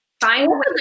find